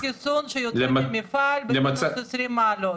חיסון שיוצא ממפעל במינוס 20 מעלות,